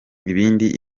ibindi